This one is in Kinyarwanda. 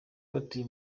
batuye